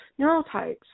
neurotypes